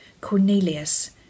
cornelius